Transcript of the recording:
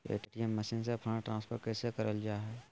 ATM machine से fund transfer कैसे करल जा है?